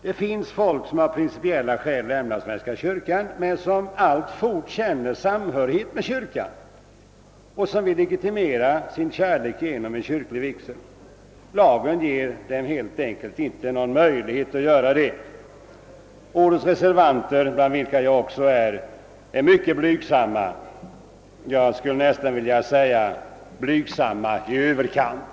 Det finns folk som av principiella skäl lämnat svenska kyrkan men som alltfort känner samhörighet med kyrkan och som vill legitimera sin kärlek genom kyrklig vigsel, men lagen ger dem helt enkelt inte någon möjlighet därtill. Årets reservanter, bland vilka jag också befinner mig, är mycket blygsamma, jag skulle nästan vilja säga blygsamma i överkant.